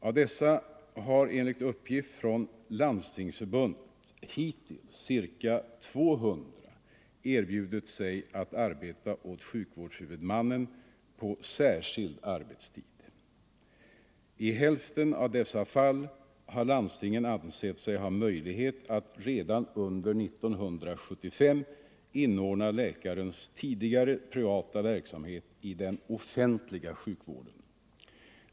Av dessa har enligt uppgift från Landstingsförbundet hittills ca 200 erbjudit sig att arbeta åt sjukvårdshuvudmannen på särskild arbetstid. I hälften av dessa fall har landstingen ansett sig ha möjlighet att redan under 1975 inordna läkarens tidigare privata verksamhet i den offentliga sjukvården.